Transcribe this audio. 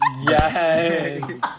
Yes